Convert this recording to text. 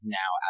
now